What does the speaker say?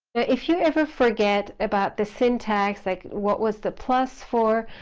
if you ever forget about the syntax, like what was the plus for,